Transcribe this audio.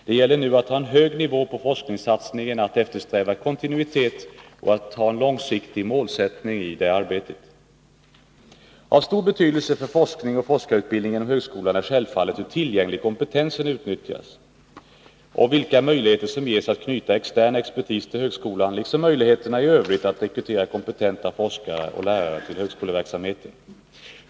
Det gäller nu att ha en hög nivå på forskningssatsningen, att eftersträva kontinuitet och långsiktig målsättning i det arbetet. Av stor betydelse för forskning och forskarutbildning inom högskolan är självfallet hur tillgänglig kompetens utnyttjas och vilka möjligheter som ges att knyta extern expertis till högskolan, liksom möjligheterna i övrigt att rekrytera kompetenta forskare och lärare till högskoleverksamheten.